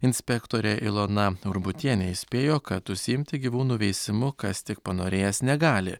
inspektorė ilona urbutienė įspėjo kad užsiimti gyvūnų veisimu kas tik panorėjęs negali